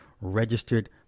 registered